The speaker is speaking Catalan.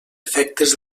efectes